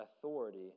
authority